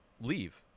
leave